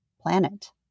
planet